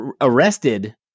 arrested